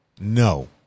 No